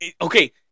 okay